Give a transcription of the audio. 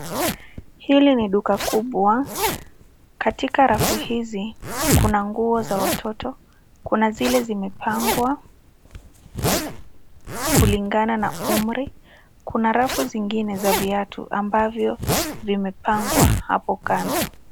Hili ni duka kubwa. Katika rafu hizi kuna nguo za watoto, kuna zile zimepangwa kulingana na umri. Kuna rafu zingine za viatu ambavyo vimepangwa hapo kando.